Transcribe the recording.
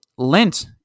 Lent